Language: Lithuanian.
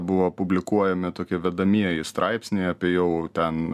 buvo publikuojami tokie vedamieji straipsniai apie jau ten